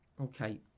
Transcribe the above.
Okay